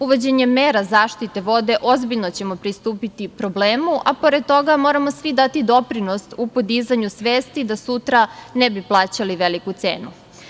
Uvođenjem mera zaštite vode ozbiljno ćemo pristupiti problemu, a pored toga moramo svi dati doprinos u podizanju svesti, da sutra ne bi plaćali veliku cenu.